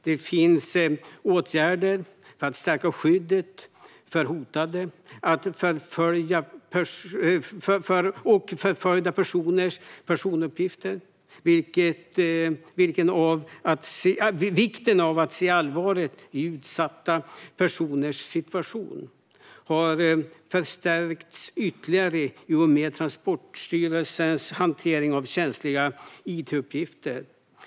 Det finns åtgärder för att stärka skyddet för hotade och förföljda personers personuppgifter. Vikten av att se allvaret i utsatta personers situation har förstärkts ytterligare i och med Transportstyrelsens hantering av känsliga it-uppgifter.